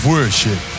Worship